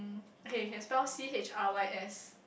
okay can spell C_H_R_Y_S